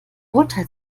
urteil